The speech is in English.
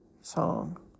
song